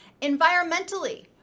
environmentally